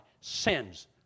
sins